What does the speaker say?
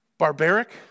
barbaric